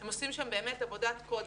הם עושים שם באמת עבודת קודש,